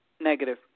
negative